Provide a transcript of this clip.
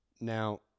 Now –